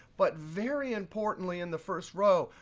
but very importantly in the first row,